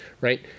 right